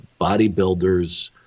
bodybuilders